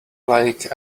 like